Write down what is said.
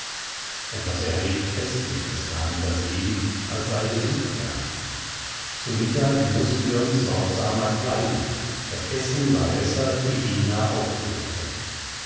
etwas erregt festliches kam in das leben als sei besuch da zu mittag mußten wir uns sorgsamer kleiden das essen war besser die diener aufgeregter